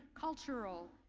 cultural,